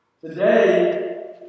Today